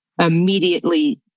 immediately